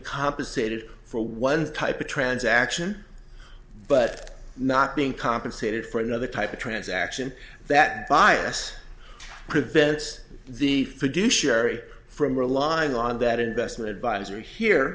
compensated for one type of transaction but not being compensated for another type of transaction that bias prevents the fiduciary from relying on that investment advisor here